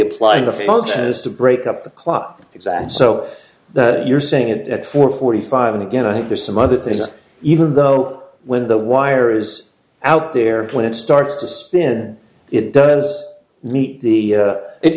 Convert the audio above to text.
applying the function is to break up the clop exact so you're saying it at four forty five and again i think there's some other things even though when the wire is out there when it starts to spin it does meet the